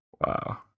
wow